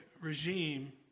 regime